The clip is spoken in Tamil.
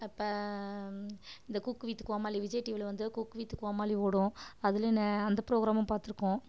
அப்போ இந்த குக் வித் கோமாளி விஜய் டீவியில வந்து குக் வித் கோமாளி ஓடும் அதில் அந்த புரோகிராமும் பார்த்துருக்கோம்